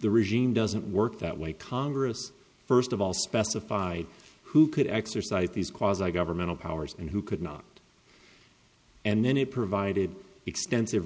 the regime doesn't work that way congress first of all specified who could exercise these cause i governmental powers and who could not and then it provided extensive